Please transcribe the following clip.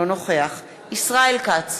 אינו נוכח ישראל כץ,